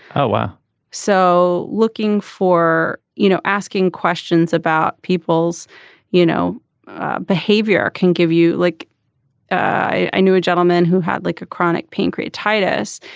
ah so looking for you know asking questions about people's you know behavior can give you. like i knew a gentleman who had like a chronic pancreatitis.